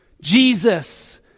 Jesus